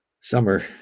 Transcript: summer